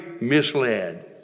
misled